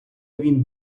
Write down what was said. він